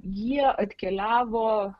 jie atkeliavo